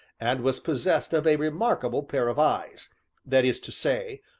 and was possessed of a remarkable pair of eyes that is to say,